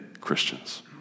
Christians